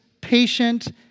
patient